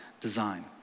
design